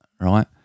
right